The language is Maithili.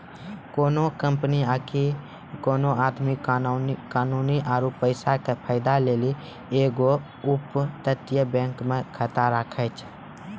कोनो कंपनी आकि कोनो आदमी कानूनी आरु पैसा के फायदा के लेली एगो अपतटीय बैंको मे खाता राखै छै